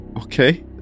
okay